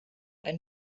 ein